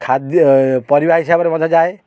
ଖାଦ୍ୟ ପରିବା ହିସାବରେ ମଧ୍ୟ ଯାଏ